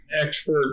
expert